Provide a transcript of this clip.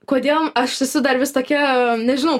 kodėl aš esu dar vis tokia nežinau